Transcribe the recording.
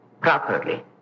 properly